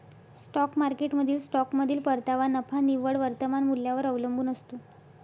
stock मार्केटमधील स्टॉकमधील परतावा नफा निव्वळ वर्तमान मूल्यावर अवलंबून असतो